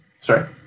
Sorry